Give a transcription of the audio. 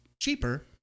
cheaper